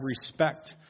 respect